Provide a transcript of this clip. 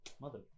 Mother